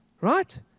right